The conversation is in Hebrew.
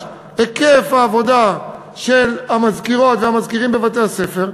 היקף העבודה של המזכירות והמזכירים בבתי-הספר,